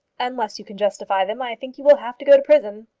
unless you can justify them, i think you will have to go to prison.